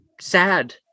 sad